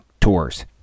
tours